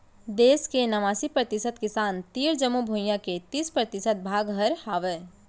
देस के नवासी परतिसत किसान तीर जमो भुइयां के तीस परतिसत भाग हर हावय